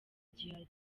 gihari